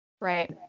Right